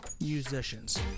musicians